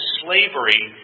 slavery